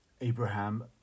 Abraham